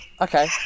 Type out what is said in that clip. Okay